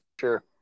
Sure